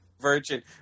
Virgin